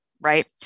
right